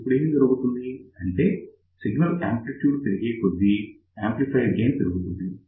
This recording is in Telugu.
ఇప్పుడు ఏం జరుగుతుంది అంటే సిగ్నల్ యాంప్లిట్యాడ్ పెరిగే కొద్దీ యాంప్లిఫయర్ గెయిన్ పెరుగుతుంది